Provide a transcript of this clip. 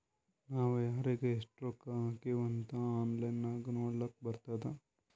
ನಾವ್ ಯಾರಿಗ್ ಎಷ್ಟ ರೊಕ್ಕಾ ಹಾಕಿವ್ ಅಂತ್ ಆನ್ಲೈನ್ ನಾಗ್ ನೋಡ್ಲಕ್ ಬರ್ತುದ್